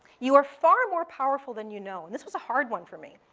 you are far more powerful than you know, and this was a hard one for me.